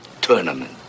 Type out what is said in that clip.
tournament